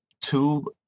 two